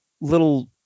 little